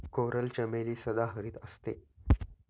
coral चमेली सदाहरित असते